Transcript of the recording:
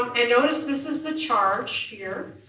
and notice this is the charge here.